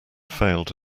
failed